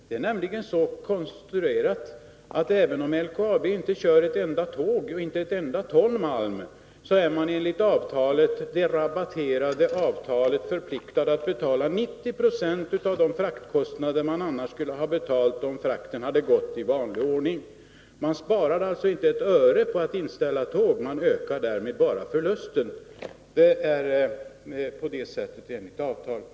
Det är nämligen så konstruerat, att även om LKAB inte kör ett enda tåg, inte ett enda ton malm, är företaget enligt det rabatterade avtalet förpliktigat att betala 90 96 av de fraktkostnader man skulle ha betalat om frakten gått i vanlig ordning. LKAB sparar alltså inte ett öre på att inställa tågtransporter, utan ökar därmed bara förlusten. Så förhåller det sig enligt avtalet.